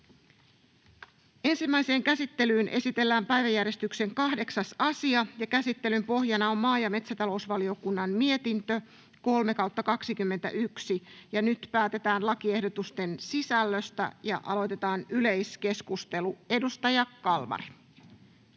Ensimmäiseen käsittelyyn esitellään päiväjärjestyksen 8. asia. Käsittelyn pohjana on maa- ja metsätalousvaliokunnan mietintö MmVM 3/2021 vp. Nyt päätetään lakiehdotusten sisällöstä ja aloitetaan yleiskeskustelu. — Edustaja Kalmari,